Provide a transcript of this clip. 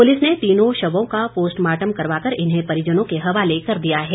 police ने तीनों शवों का पोस्टमार्टम करवाकर इन्हें परिजनों के हवाले कर दिया है